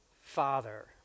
father